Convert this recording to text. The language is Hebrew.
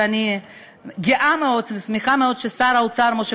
ואני גאה מאוד ושמחה מאוד ששר האוצר משה